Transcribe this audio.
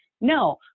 No